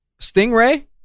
Stingray